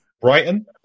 Brighton